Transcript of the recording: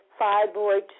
fibroid